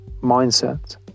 mindset